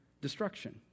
destruction